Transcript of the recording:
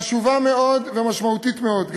חשובות מאוד ומשמעותיות מאוד.